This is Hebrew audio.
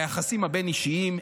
ביחסים הבין-אישיים,